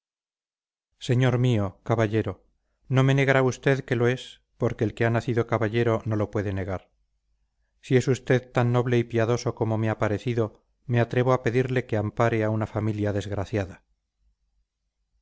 señor mío caballero no me negará usted que lo es porque el que ha nacido caballero no lo puede negar si es usted tan noble y piadoso como me ha parecido me atrevo a pedirle que ampare a una familia desgraciada